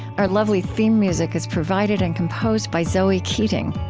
our lovely theme music is provided and composed by zoe keating.